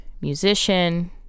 musician